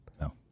No